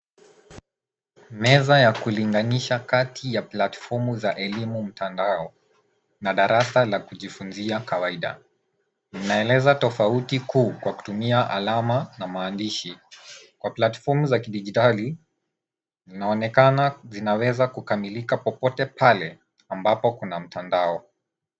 Meza ya kulinganisha kati ya platfomu za elimu mtandao na darasa la kujifunzia kawaida. Inaeleza tofauti kuu kwa kutumia alama na maandishi. Kwa platfomu za kidigitali inaonekana zinaweza kukamilika popote pale ambapo kuna mtandao.